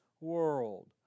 world